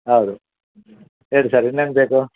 ಹೌದು ಹೇಳಿರಿ ಸರ್ ಇನ್ನೇನು ಬೇಕು